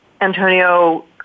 Antonio